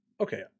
Okay